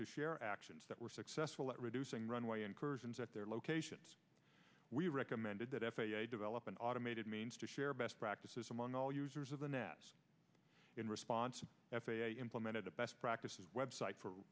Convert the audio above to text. to share actions that were successful at reducing runway incursions at their locations we recommended that f a a develop an automated means to share best practices among all users of the net in response f a a implemented a best practices website for